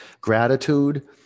Gratitude